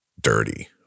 dirty